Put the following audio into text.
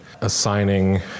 assigning